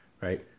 right